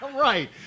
Right